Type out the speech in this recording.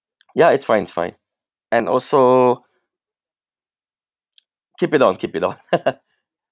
yeah it's fine it's fine and also keep it on keep it on